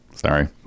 Sorry